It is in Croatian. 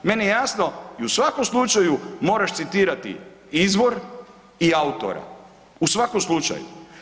Meni je jasno i u svakom slučaju moraš citirati izvor i autora, u svakom slučaju.